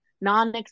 non